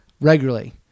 regularly